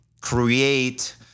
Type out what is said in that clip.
create